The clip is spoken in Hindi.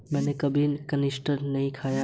मैंने कभी कनिस्टेल नहीं खाया है